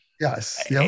Yes